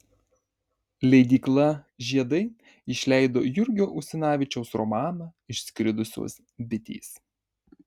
leidykla žiedai išleido jurgio usinavičiaus romaną išskridusios bitės